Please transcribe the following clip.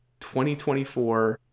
2024